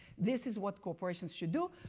this is was corporations should do.